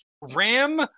Ram